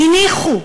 הניחו.